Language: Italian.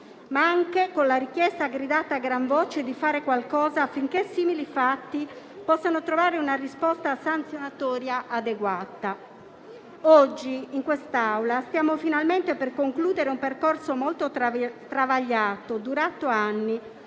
ma anche dalla richiesta, gridata a gran voce, di fare qualcosa affinché simili fatti possano trovare una risposta sanzionatoria adeguata. Oggi, in quest'Aula, stiamo finalmente per concludere un percorso molto travagliato, durato anni,